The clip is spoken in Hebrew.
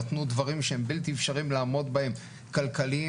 נתנו דברים שהם בלתי אפשריים לעמוד בהם כלכליים,